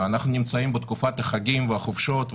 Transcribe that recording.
אנחנו נמצאים בתקופת החגים והחופשות,